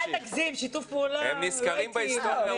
שיתוף פעולה, אל תגזים.